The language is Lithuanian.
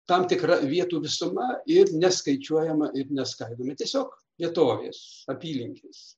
tam tikra vietų visuma ir neskaičiuojama ir neskaidoma tiesiog vietovės apylinkės